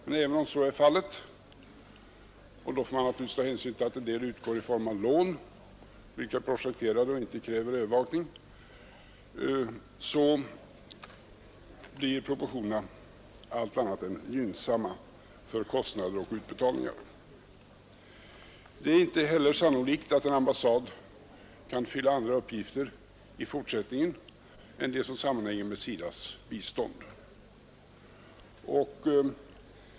Men även om så blir fallet — och då får man naturligtvis ta hänsyn till att en del utgår i form av lån, vilka är projekterade och inte kräver övervakning — blir proportionerna allt annat än gynnsamma mellan kostnader och utbetalningar. Det är inte heller sannolikt att en ambassad kan fylla andra uppgifter i fortsättningen än sådana som sammanhänger med SIDA:s bistånd.